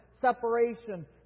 separation